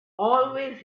always